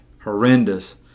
horrendous